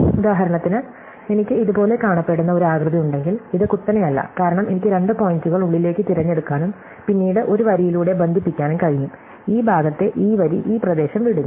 ഉദാഹരണത്തിന് എനിക്ക് ഇതുപോലെ കാണപ്പെടുന്ന ഒരു ആകൃതി ഉണ്ടെങ്കിൽ ഇത് കുത്തനെയല്ല കാരണം എനിക്ക് രണ്ട് പോയിന്റുകൾ ഉള്ളിലേക്ക് തിരഞ്ഞെടുക്കാനും പിന്നീട് ഒരു വരിയിലൂടെ ബന്ധിപ്പിക്കാനും കഴിയും ഈ ഭാഗത്തെ ഈ വരി ഈ പ്രദേശം വിടുന്നു